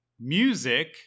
Music